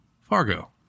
Fargo